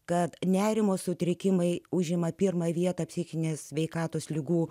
kad nerimo sutrikimai užima pirmą vietą psichinės sveikatos ligų